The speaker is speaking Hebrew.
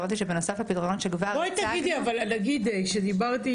זה פשוט מאוד מצומצם אבל תיכף מכינים לשנייה,